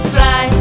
Fly